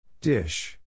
Dish